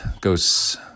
goes